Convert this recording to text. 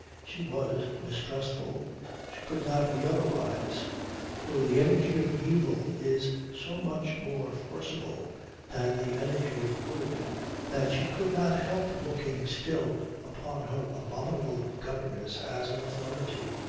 she was mistrustful she could not be otherwise for the energy of evil is so much more forcible than the energy of good that she could not help looking still upon her abominable governess as an authority.